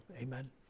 amen